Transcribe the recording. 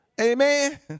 Amen